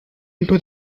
into